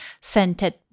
scented